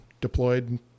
deployed